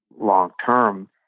long-term